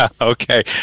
Okay